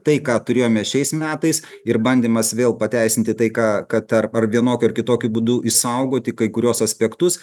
tai ką turėjome šiais metais ir bandymas vėl pateisinti tai ką kad tarp ar vienokiu ar kitokiu būdu išsaugoti kai kuriuos aspektus